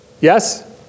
Yes